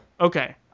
Okay